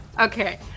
Okay